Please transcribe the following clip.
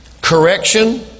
correction